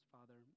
Father